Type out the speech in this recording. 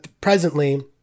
presently